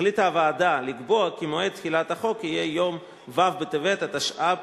החליטה הוועדה לקבוע כי מועד תחילת החוק יהיה יום ו' בטבת התשע"ב,